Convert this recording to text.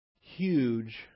Huge